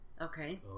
Okay